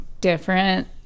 different